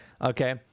Okay